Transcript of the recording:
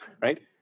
Right